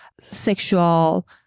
sexual